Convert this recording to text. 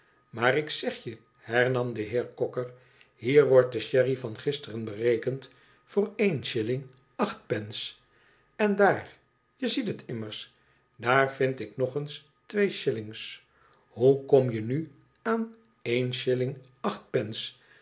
maar ik zeg je hernam de heer cocker hier wordt de sherry van gisteren berekend voor een shilling acht pence en daar je ziet het immers daar vind ik nog eens twee shillings hoe kom je nu aan een shilling acht pence